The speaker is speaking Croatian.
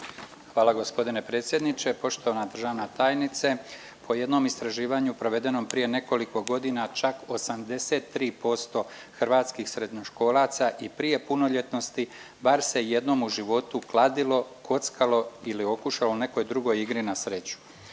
Hvala g. predsjedniče. Poštovana državna tajnice. Po jednom istraživanju provedenom prije nekoliko godina čak 83% hrvatskih srednjoškolaca i prije punoljetnosti bar se jednom u životu kladilo, kockalo ili okušalo u nekoj drugoj igri na sreću,